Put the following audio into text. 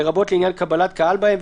לרבות לעניין קבלת קהל בהם,